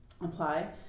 apply